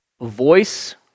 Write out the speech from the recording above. voice